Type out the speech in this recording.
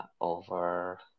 Over